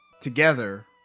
together